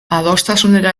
adostasunetara